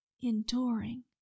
enduring